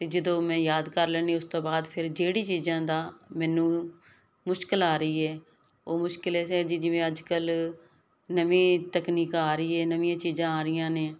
ਤੇ ਜਦੋਂ ਮੈਂ ਯਾਦ ਕਰ ਲੈਦੀ ਉਸ ਤੋਂ ਬਾਅਦ ਫਿਰ ਜਿਹੜੀ ਚੀਜ਼ਾਂ ਦਾ ਮੈਨੂੰ ਮੁਸ਼ਕਲ ਆ ਰਹੀ ਐ ਉਹ ਮੁਸ਼ਕਿਲ ਐਸੇ ਐ ਜੀ ਜਿਵੇਂ ਅੱਜ ਕੱਲ ਨਵੀ ਤਕਨੀਕ ਆ ਰਹੀ ਐ ਨਵੀਂਆਂ ਚੀਜ਼ਾਂ ਆ ਰਹੀਆਂ ਨੇ